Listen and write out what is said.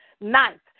ninth